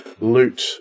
loot